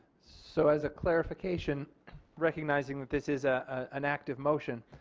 so as a clarification recognizing that this is ah an active motion.